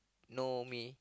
know me